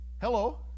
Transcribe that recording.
hello